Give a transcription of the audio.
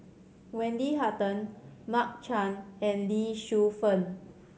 Wendy Hutton Mark Chan and Lee Shu Fen